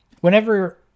whenever